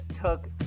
took